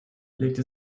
legte